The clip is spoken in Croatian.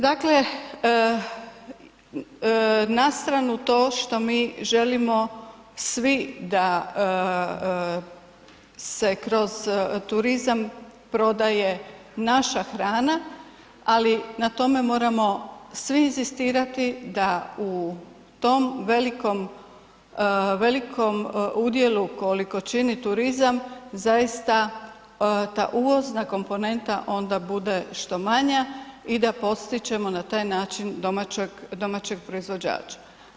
Dakle na stranu to što mi želimo svi da se kroz turizam prodaje naša hrana ali na tome moramo svi inzistirati da u tom velikom udjelu koliko čini turizam, zaista ta uvozna komponenta onda bude što manja i da potičemo na taj način domaćeg proizvođača.